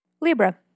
Libra